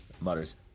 mutters